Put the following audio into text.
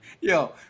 Yo